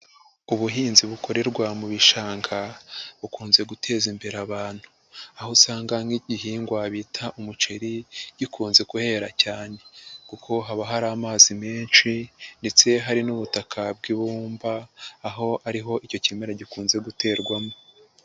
Ubuhinzi bukorerwa mu bishanga bukunze guteza imbere abantu. Aho usanga nk'igihingwa bita umuceri gikunze guhera cyane kuko haba hari amazi menshi ndetse hari n'ubutaka bw'ibumba, aho ariho icyo kimera gikunze guterwamo.